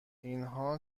اینها